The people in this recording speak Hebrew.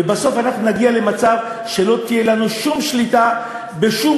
ובסוף אנחנו נגיע למצב שלא תהיה לנו שום שליטה בשום